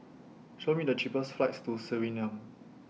Show Me The cheapest flights to Suriname